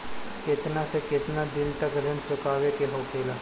केतना से केतना दिन तक ऋण चुकावे के होखेला?